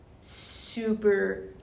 super